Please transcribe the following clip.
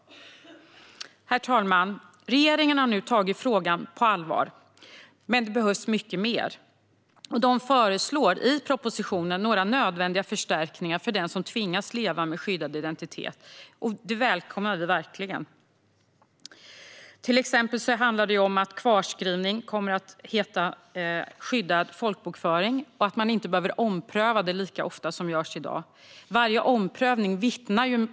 Herr talman! Regeringen har nu tagit frågan på allvar. Men det behövs mycket mer. Man föreslår i propositionen några nödvändiga förstärkningar för den som tvingas leva med skyddad identitet, och det välkomnar vi verkligen. Det handlar till exempel om att kvarskrivning kommer att heta skyddad folkbokföring och att man inte behöver ompröva det lika ofta som det görs i dag.